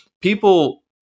people